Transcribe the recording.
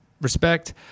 respect